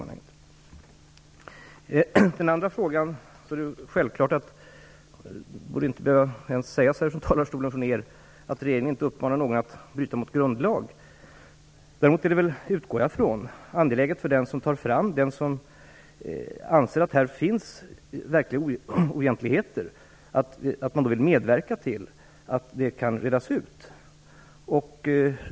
Vad gäller den andra frågan vill jag säga att det är självklart - det borde inte ens behöva sägas ifrån talarstolen - att regeringen inte uppmanar någon att bryta mot grundlagen. Däremot utgår jag ifrån att det är angeläget för den som anser att det finns verkliga oegentligheter att medverka till att de kan redas ut.